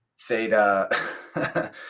theta